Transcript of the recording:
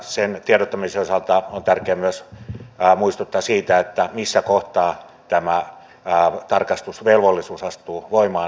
sen tiedottamisen osalta on tärkeää myös muistuttaa siitä missä kohtaa tämä tarkastusvelvollisuus astuu voimaan